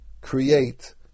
create